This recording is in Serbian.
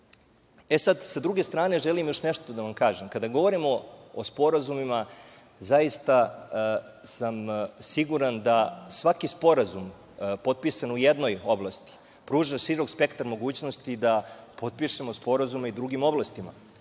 pohvalu.S druge strane, želim još nešto da vam kažem. Kada govorimo o sporazumima, zaista sam siguran da svaki sporazum potpisan u jednoj oblasti pruža širok spektar mogućnosti da potpišemo sporazume i u drugim oblastima,